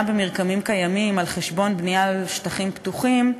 במרקמים קיימים על חשבון בנייה על שטחים פתוחים,